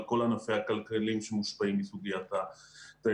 על כל ענפיה הכלכליים שמושפעים מהתיירות.